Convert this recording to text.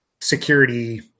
security